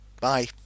Bye